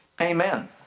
Amen